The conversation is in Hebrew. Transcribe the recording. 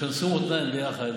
תשנסו מותניים ביחד